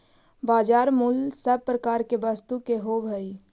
बाजार मूल्य सब प्रकार के वस्तु के होवऽ हइ